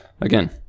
again